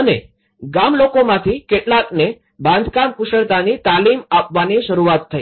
અને ગામ લોકોમાંથી કેટલાકને બાંધકામ કુશળતાની તાલીમ આપવાની શરૂઆત થઇ